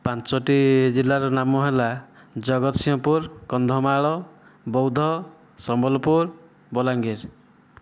ପାଞ୍ଚଟି ଜିଲ୍ଲାର ନାମ ହେଲା ଜଗତସିଂହପୁର କନ୍ଧମାଳ ବୌଦ୍ଧ ସମ୍ବଲପୁର ବଲାଙ୍ଗୀର